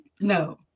No